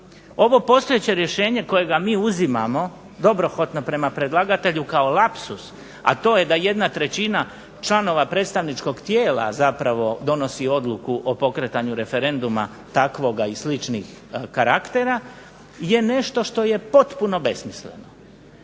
Ovo postojeće rješenje kojega mi uzimamo dobrohotno prema predlagatelju kao lapsus, a to je da jedna trećina članova predstavničkog tijela zapravo donosi odluku o pokretanju referenduma takvoga i sličnih karaktera je nešto što je potpuno besmisleno.